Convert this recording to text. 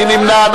מי נמנע?